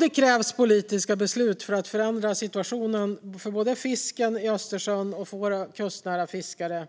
Det krävs politiska beslut för att förändra situationen för både fisken i Östersjön och våra kustnära fiskare.